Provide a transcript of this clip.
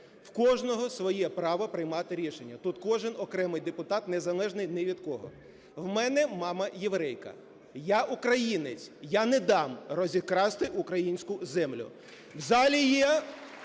В кожного своє право приймати рішення, тут кожен окремий депутат незалежний ні від кого. В мене мама єврейка, я – українець, я не дам розікрасти українську землю. В залі є,